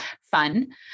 fun